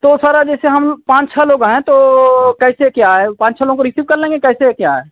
तो सर जैसे हम पाँच छः लोग हैं तो कैसे क्या है पाँच छः लोगों को रिसीव कर लेंगे कैसे क्या है